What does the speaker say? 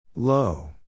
Low